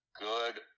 good